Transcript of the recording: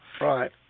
Right